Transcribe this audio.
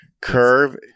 curve